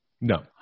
No